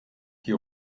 die